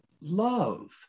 love